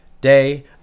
day